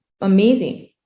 amazing